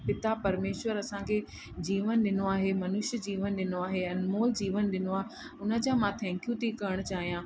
पिता परमेश्वर असांखे जीवन ॾिनो आहे मनुष्य जीवन ॾिनो आहे अनमोल जीवन ॾिनो आहे उन जा मां थैंक्यू थी करणु चाहियां